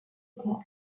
théâtre